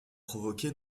provoquer